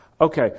Okay